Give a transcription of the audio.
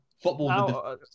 Football